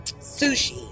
sushi